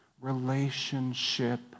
relationship